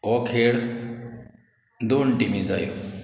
हो खेळ दोन टिमी जायो